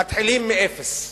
מתחילים מאפס.